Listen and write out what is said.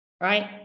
right